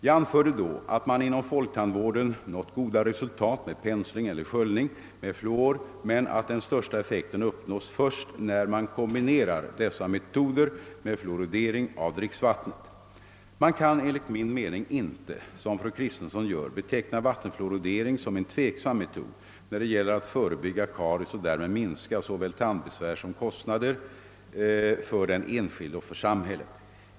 Jag anförde då att man inom folktandvården nått goda resultat med pensling eller sköljning med fluor men att den största effekten uppnås först när man kombinerar dessa metoder med fluoridering av dricksvattnet. Man kan enligt min mening inte — som fru Kristensson gör — beteckna vattenfluoridering som en tveksam metod, när det gäller att förebygga karies och därmed minska såväl tandbesvär som kostnader för den enskilde och för samhället.